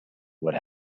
what